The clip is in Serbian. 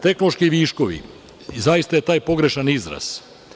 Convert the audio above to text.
Tehnološki viškovi, zaista je to pogrešan izraz.